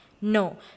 No